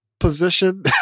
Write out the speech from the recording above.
position